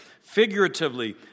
figuratively